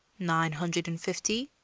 nine hundred and fifty?